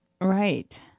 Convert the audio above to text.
Right